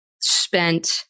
spent